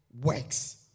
works